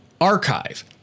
archive